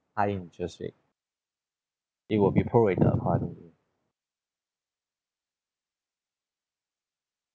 high interest rate it will be prorated upon